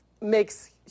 makes